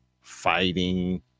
fighting